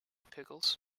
pickles